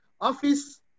office